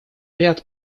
ряд